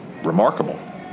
remarkable